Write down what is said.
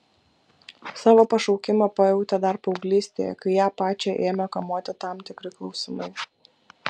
savo pašaukimą pajautė dar paauglystėje kai ją pačią ėmė kamuoti tam tikri klausimai